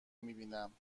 میبینم